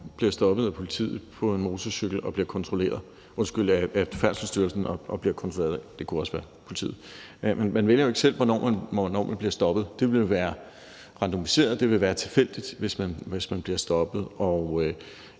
bliver stoppet på sin motorcykel af Færdselsstyrelsen og bliver kontrolleret – det kunne også være politiet, men man vælger jo ikke selv, hvornår man bliver stoppet. Det vil være randomiseret, det vil være tilfældigt, hvis man bliver stoppet.